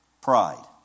Pride